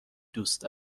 دوست